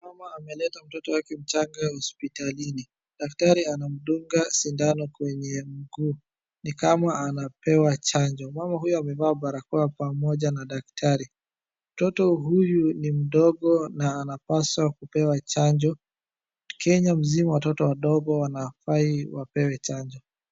Mama ameleta mtoto wake mchanga hospitalini. Daktari anamdunga sindano kwenye mguu ni kama anapewa chanjo. mama huyu amevaa barakoa pamoja na daktari. Mtoto huyu ni mdogo na anapaswa kupewa chanjo. Kenya mzima watoto wadogo wanafaa wapewe chanjo.